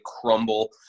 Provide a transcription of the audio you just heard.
crumble